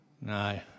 No